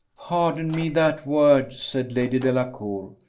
pardon me that word, said lady delacour.